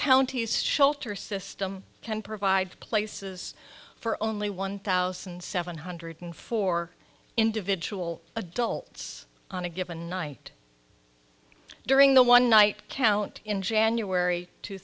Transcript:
county's shelter system can provide places for only one thousand seven hundred four individual adults on a given night during the one night count in january two